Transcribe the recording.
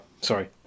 sorry